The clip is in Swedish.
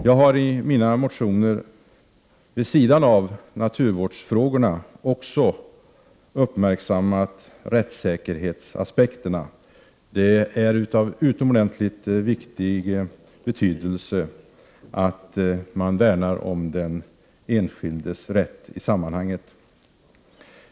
Jag har i mina motioner vid sidan av naturvårdsfrågorna också uppmärksammat rättssäkerhetsaspekterna. Det är av utomordentligt stor vikt att man värnar om den enskildes rätt i detta sammanhang.